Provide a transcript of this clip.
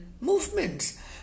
movements